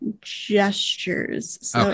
gestures